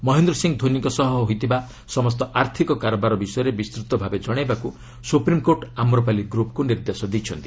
ମହେନ୍ଦ୍ର ସିଂହ ଧୋନିଙ୍କ ସହ ହୋଇଥିବା ସମସ୍ତ ଆର୍ଥିକ କାରବାର ବିଷୟରେ ବିସ୍ତୃତ ଭାବେ ଜଣାଇବାକୁ ସୁପ୍ରିମ୍କୋର୍ଟ ଆମ୍ରପାଲି ଗ୍ରପ୍କୁ ନିର୍ଦ୍ଦେଶ ଦେଇଛନ୍ତି